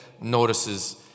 notices